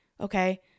okay